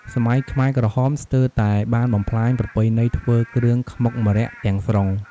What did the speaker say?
សម័យខ្មែរក្រហមស្ទើរតែបានបំផ្លាញប្រពៃណីធ្វើគ្រឿងខ្មុកម្រ័ក្សណ៍ទាំងស្រុង។